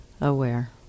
aware